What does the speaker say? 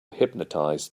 hypnotized